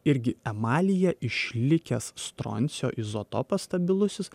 irgi emalyje išlikęs stroncio izotopas stabilusis